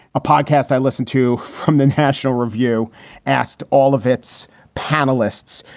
a podcast i listened to from the national review asked all of its panelists.